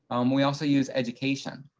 um we also use education.